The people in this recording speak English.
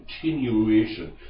continuation